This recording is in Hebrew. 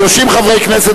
30 חברי כנסת,